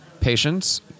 Patience